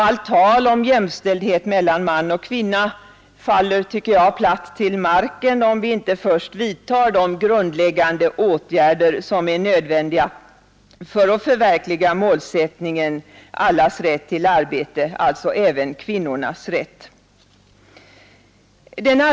Allt tal om jämställdhet mellan man och kvinna faller, tycker jag, platt till marken om vi inte först vidtar de grundläggande åtgärder som är nödvändiga för att förverkliga målsättningen allas rätt till arbete, alltså även kvinnornas rätt.